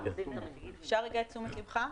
אפשר את תשומת לבך?